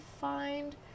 find